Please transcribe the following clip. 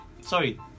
sorry